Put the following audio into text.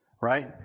right